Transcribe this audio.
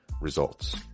Results